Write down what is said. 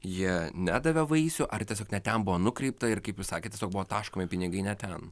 jie nedavė vaisių ar tiesiog ne ten buvo nukrypta ir kaip jūs sakėt tiesiog buvo taškomi pinigai ne ten